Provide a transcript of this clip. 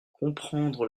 comprendre